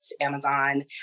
Amazon